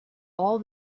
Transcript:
all